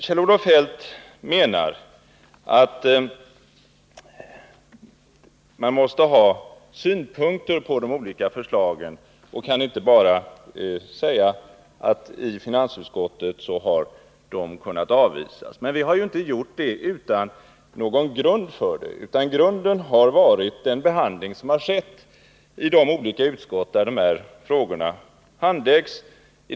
Kjell-Olof Feldt menar att man måste ha synpunkter på de olika förslagen och inte bara kan säga att i finansutskottet har de kunnat avvisas. Vi har ju inte gjort det utan någon grund. Grunden har varit den behandling som har skett i de olika utskott där de här frågorna har handlagts.